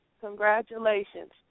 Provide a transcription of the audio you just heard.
Congratulations